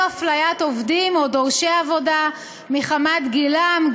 הפליית עובדים או דורשי עבודה מחמת גילם,